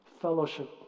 fellowship